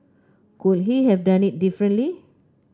could he have done it differently